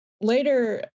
later